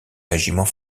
régiments